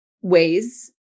ways